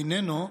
איננו.